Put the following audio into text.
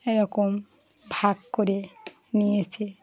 এরকম ভাগ করে নিয়েছে